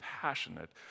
passionate